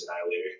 Annihilator